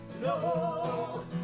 No